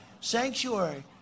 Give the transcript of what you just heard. sanctuary